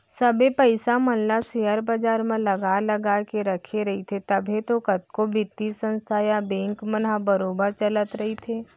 सबे पइसा मन ल सेयर बजार म लगा लगा के रखे रहिथे तभे तो कतको बित्तीय संस्था या बेंक मन ह बरोबर चलत रइथे